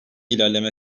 ilerleme